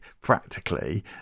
practically